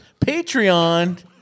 Patreon